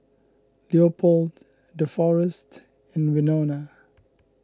Leopold Deforest and Winona